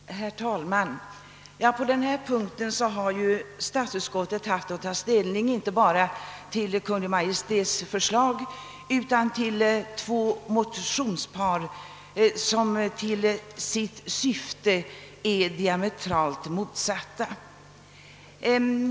Herr talman! På denna punkt har statsutskottet haft att ta ställning inte bara till Kungl. Maj:ts förslag, utan också till två motionspar, som till sitt syfte är diametralt motsatta.